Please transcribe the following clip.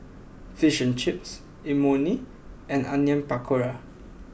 Fish and Chips Imoni and Onion Pakora